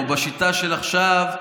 או בשיטה של עכשיו,